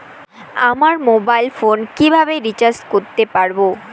আমার mobile phone কিভাবে recharge করতে পারব?